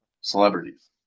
celebrities